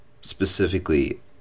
specifically